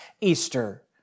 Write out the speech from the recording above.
Easter